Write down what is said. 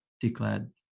declared